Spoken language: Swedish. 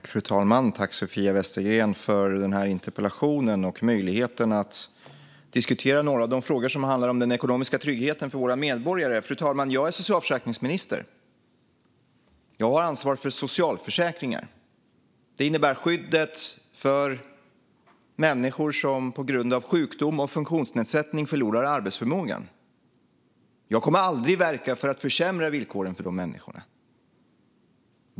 Fru talman! Tack, Sofia Westergren, för interpellationen och möjligheten att diskutera några av de frågor som handlar om den ekonomiska tryggheten för våra medborgare. Fru talman! Jag är socialförsäkringsminister. Jag har ansvar för socialförsäkringen, det vill säga skyddet för människor som på grund av sjukdom och funktionsnedsättning förlorar arbetsförmågan. Jag kommer aldrig att verka för att försämra villkoren för dessa människor.